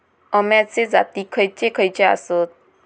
अम्याचे जाती खयचे खयचे आसत?